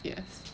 yes